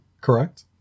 correct